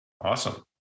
Awesome